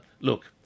look